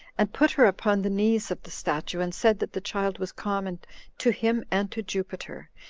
and put her upon the knees of the statue, and said that the child was common to him and to jupiter,